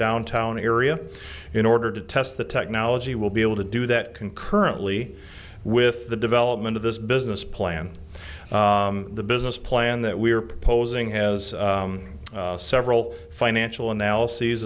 downtown area in order to test the technology will be able to do that concurrently with the development of this business plan the business plan that we are proposing has several financial analyses